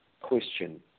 question